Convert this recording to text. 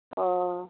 ओह